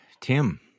Tim